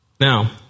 Now